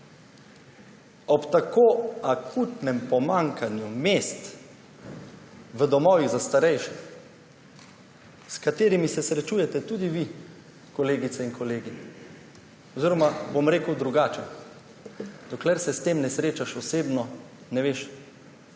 Ob tako akutnem pomanjkanju mest v domovih za starejše, s katerimi se srečujete tudi vi, kolegice in kolegi, oziroma bom rekel drugače, dokler se s tem ne srečaš osebno, ne veš,